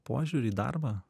požiūrį į darbą